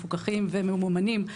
ומפוקחים וממומנים על ידי משרד הרווחה.